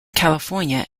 california